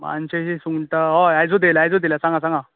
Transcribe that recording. मानशेची सुंगटा होय आयजूत येयला आयजूत येयला सांगा सांगा